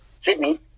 Sydney